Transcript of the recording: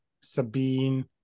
Sabine